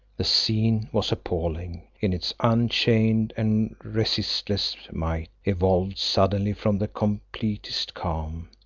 the scene was appalling in its unchained and resistless might evolved suddenly from the completest calm.